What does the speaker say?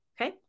Okay